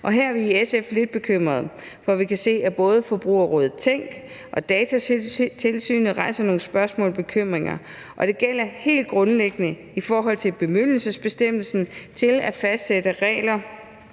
Og her er vi i SF lidt bekymrede. For vi kan se, at både Forbrugerrådet Tænk og Datatilsynet rejser nogle spørgsmål og bekymringer. Og det gælder helt grundlæggende i forhold til bemyndigelsesbestemmelsen til at fastsætte regler